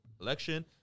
election